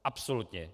Absolutně.